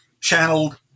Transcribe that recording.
channeled